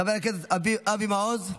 חבר הכנסת אבי מעוז,